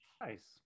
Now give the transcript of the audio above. nice